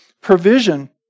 provision